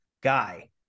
guy